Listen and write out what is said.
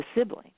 sibling